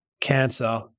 cancer